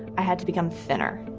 i had to become thinner,